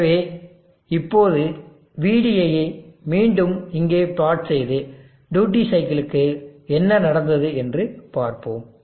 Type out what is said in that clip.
எனவே இப்போதுVd ஐ மீண்டும் இங்கே பிளாட் செய்து டியூட்டி சைக்கிளுக்கு என்ன நடந்தது என்று பார்ப்போம்